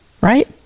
right